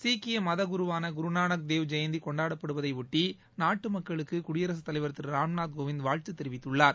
சீக்கிய மத குருவான குருநானக் தேவ் ஜெயந்தி கொண்டாடப்படுவதை ஒட்டி நாட்டு மக்களுக்கு குடியரசுத் தலைவர் திரு ராம்நாத் கோவிந்த் வாழ்த்து தெரிவித்துள்ளார்